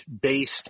based